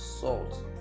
Salt